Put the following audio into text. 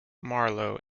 marlowe